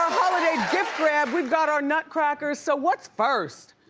holiday gift grab. we've got our nutcrackers, so what's first?